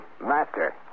Master